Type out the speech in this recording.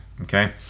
okay